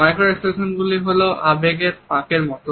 micro expression গুলি হল আবেগের ফাঁকের মত